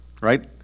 Right